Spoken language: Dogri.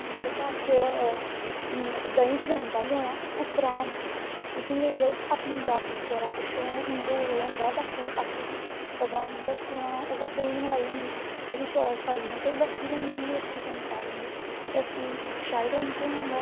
हर घर च देहीं ते जम्मदा ई होना ते उप्परा दा उसी लेईयै अपनी दादी बगैरा पुच्छो उंदै कोल होंदा लस्सी बनाना उऐ देहीं दी मलाई होंदी उसी शोल्लनी ते ओह् लस्सी बनी जानी लस्सी किन्नी शैल होंदी लस्सी शैल ड्रिंक होई जंदा